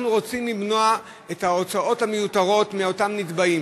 אנחנו רוצים למנוע את ההוצאות המיותרות מאותם נתבעים,